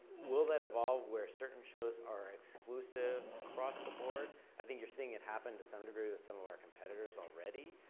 will that evolve where certain shows are exclusive across the board? i think you're seeing it happen to some degree with some of our competitors already.